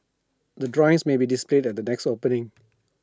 the drawings may be displayed at the next opening